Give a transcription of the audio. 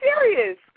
serious